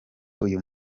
uyu